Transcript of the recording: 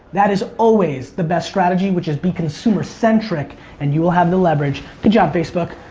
that is always the best strategy, which is be consumer centric and you will have the leverage. good job, facebook.